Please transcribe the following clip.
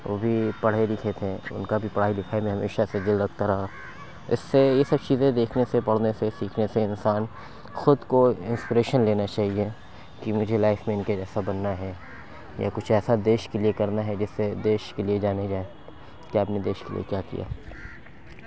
وہ بھی پڑھے لکھے تھے ان کا بھی پڑھائی لکھائی میں ہمیشہ سے دل لگتا رہا اس سے یہ سب چیزیں دیکھنے سے پڑھنے سے سیکھنے سے انسان خود کو انسپریشن لینا چاہیے کہ مجھے لائف میں ان کے جیسا بننا ہے یا کچھ ایسا دیش کے لیے کرنا ہے جس سے دیش کے لیے جانے جائیں کہ آپ نے دیش کے لیے کیا کیا